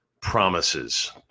promises